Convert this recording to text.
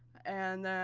and then,